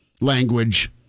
language